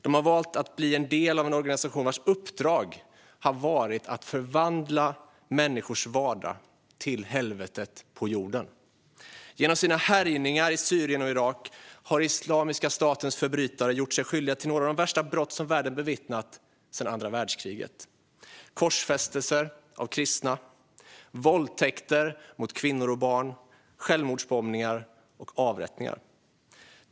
De har valt att bli en del av en organisation vars uppdrag har varit att förvandla människors vardag till helvetet på jorden. Genom sina härjningar i Syrien och Irak har Islamiska statens förbrytare gjort sig skyldiga till några av de värsta brott som världen bevittnat sedan andra världskriget: korsfästelser av kristna, våldtäkter mot kvinnor och barn, självmordsbombningar och avrättningar.